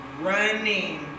running